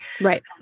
Right